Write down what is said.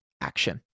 action